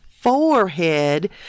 forehead